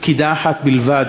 פקידה אחת בלבד